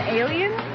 alien